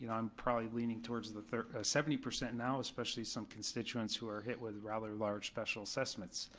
you know i'm probably leaning toward the the seventy percent now, especially some constituents who are hit with rather large special assessments.